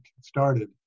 started